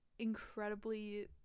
incredibly